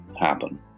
happen